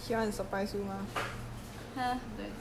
!huh! don't have such thing